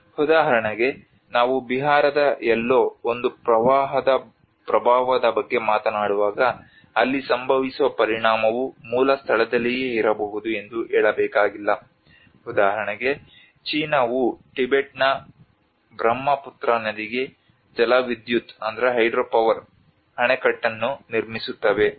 ಉದಾಹರಣೆಗೆ ನಾವು ಬಿಹಾರದ ಎಲ್ಲೋ ಒಂದು ಪ್ರವಾಹದ ಪ್ರಭಾವದ ಬಗ್ಗೆ ಮಾತನಾಡುವಾಗ ಅಲ್ಲಿ ಸಂಭವಿಸುವ ಪರಿಣಾಮವು ಮೂಲ ಸ್ಥಳದಲ್ಲಿಯೇ ಇರಬಹುದು ಎಂದು ಹೇಳಬೇಕಾಗಿಲ್ಲ ಉದಾಹರಣೆಗೆ ಚೀನಾವು ಟಿಬೆಟ್ನ ಬ್ರಹ್ಮಪುತ್ರ ನದಿಗೆ ಜಲವಿದ್ಯುತ್ ಅಣೆಕಟ್ಟನ್ನು ನಿರ್ಮಿಸುತ್ತವೆ